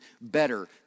better